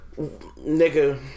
nigga